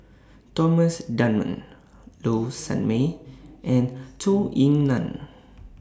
Thomas Dunman Low Sanmay and Zhou Ying NAN